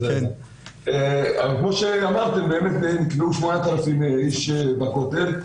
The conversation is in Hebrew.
כמו שאמרתם, נקבעו 8,000 איש בכותל.